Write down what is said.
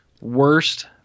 worst